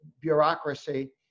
Bureaucracy